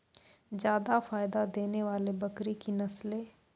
जादा फायदा देने वाले बकरी की नसले?